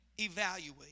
Evaluate